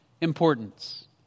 importance